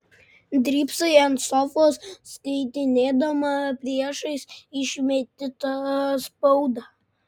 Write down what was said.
drybsai ant sofos skaitinėdama priešais išmėtytą spaudą